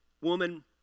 woman